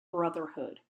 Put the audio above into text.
brotherhood